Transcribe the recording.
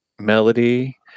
melody